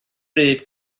bryd